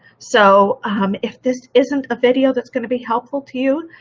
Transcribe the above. so if this isn't a video that's going to be helpful to you,